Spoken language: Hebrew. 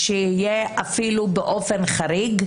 שיהיה אפילו באופן חריג,